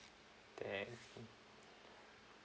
thank you